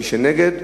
מי שנגד,